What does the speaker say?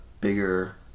bigger